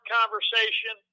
conversation